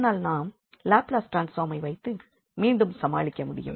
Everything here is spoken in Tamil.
ஆனால் நாம் லாப்லஸ் ட்ரான்ஸ்ஃபார்மை வைத்து மீண்டும் சமாளிக்க முடியும்